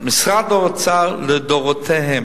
משרד האוצר לדורותיו,